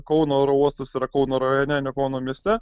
kauno oro uostas yra kauno rajone ne kauno mieste